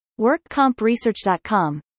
WorkCompResearch.com